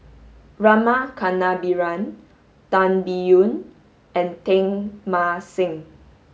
Rama Kannabiran Tan Biyun and Teng Mah Seng